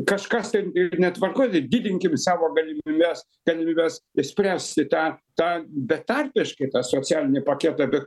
kažkas ten ir netvarkoj tai didinkim savo galimybes galimybes išspręsti tą tą betarpiškai tą socialinį paketą be